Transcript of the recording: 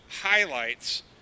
highlights